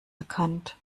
erkannt